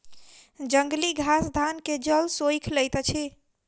जंगली घास धान के जल सोइख लैत अछि